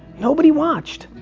nobody watched.